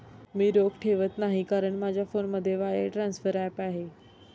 मी रोख ठेवत नाही कारण माझ्या फोनमध्ये वायर ट्रान्सफर ॲप आहे